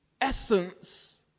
essence